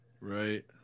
right